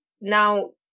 now